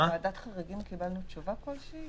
לגבי ועדת חריגים קיבלנו תשובה כלשהי?